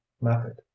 method